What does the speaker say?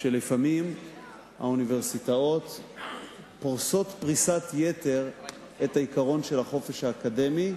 לפעמים האוניברסיטאות פורסות פריסת יתר את העיקרון של החופש האקדמי,